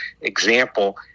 example